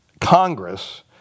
Congress